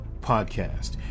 Podcast